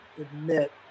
admit